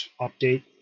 update